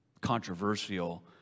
controversial